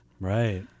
Right